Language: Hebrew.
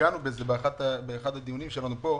שנגענו בזה באחד הדיונים שלנו כאן,